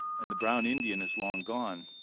and the brown indian is long gone.